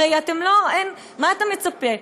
הרי מה אתה מצפה,